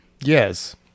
Yes